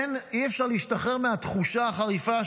אי-אפשר להשתחרר מהתחושה החריפה,